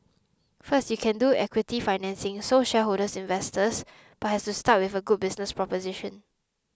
first you can do equity financing so shareholders investors but has to start with a good business proposition